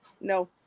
No